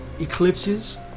eclipses